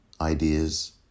ideas